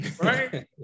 Right